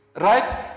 Right